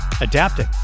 adapting